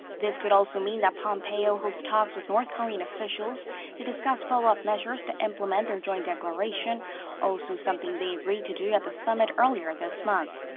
this could also mean that pompeo holds talks with north korean officials to discuss follow-up measures to implement their joint declaration also something they agreed to to at the summit earlier this month.